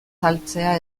saltzea